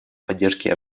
поддержки